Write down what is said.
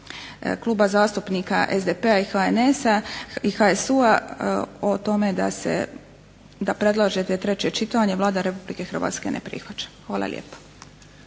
Klubova zastupnika SDP-a i HSU-a i HNS-a o tome da predlažete treće čitanje Vlada Republike Hrvatske ne prihvaća. Hvala lijepo.